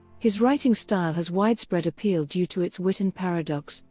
his writing style has widespread appeal due to its wit and paradox,